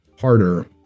harder